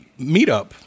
meetup